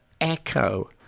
echo